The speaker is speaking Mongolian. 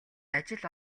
ажил